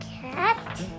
Cat